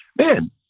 man